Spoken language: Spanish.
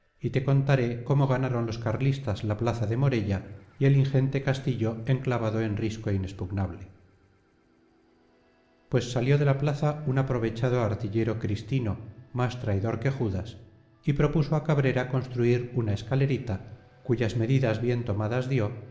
y te contaré cómo ganaron los carlistas la plaza de morella y el ingente castillo enclavado en risco inexpugnable pues salió de la plaza un aprovechado artillero cristino más traidor que judas y propuso a cabrera construir una escalerita cuyas medidas bien tomadas dio